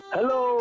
Hello